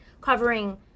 covering